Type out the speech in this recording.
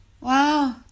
Wow